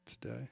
today